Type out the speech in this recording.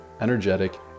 energetic